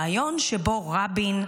ריאיון שבו רבין,